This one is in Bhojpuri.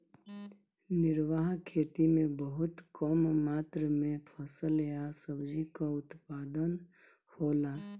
निर्वाह खेती में बहुत कम मात्र में फसल या सब्जी कअ उत्पादन होला